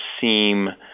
seem